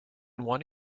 one